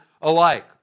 alike